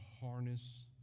harness